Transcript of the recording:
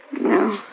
No